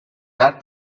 that